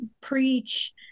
preach